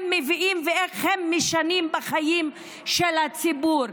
מביאים ואיך הם משנים בחיים של הציבור.